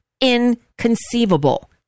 inconceivable